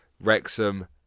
Wrexham